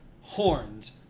horns